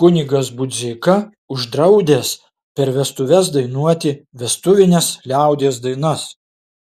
kunigas budzeika uždraudęs per vestuves dainuoti vestuvines liaudies dainas